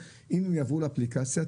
אם הן יעברו לאפליקציה,